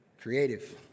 Creative